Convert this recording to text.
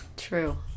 true